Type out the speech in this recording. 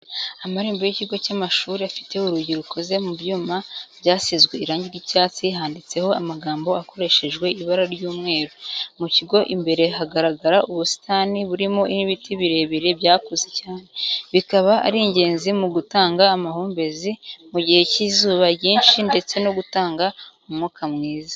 Amarembo y'ikigo cy'amashuri afite urugi rukoze mu byuma byasizwe irangi ry'icyatsi handitseho amagambo akoreshejwe ibara ry'umweru, mu kigo imbere hagaragara ubusitani burimo n'ibiti birebire byakuze cyane, bikaba ari ingenzi mu gutanga amahumbezi mu gihe cy'izuba ryinshi ndetse no gutanga umwuka mwiza.